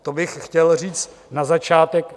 To bych chtěl říct na začátek.